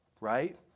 Right